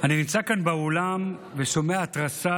אני נמצא כאן באולם ושומע התרסה